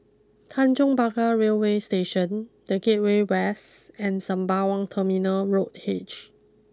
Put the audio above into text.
Tanjong Pagar Railway Station the Gateway West and Sembawang Terminal Road H